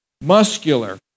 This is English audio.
Muscular